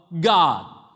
God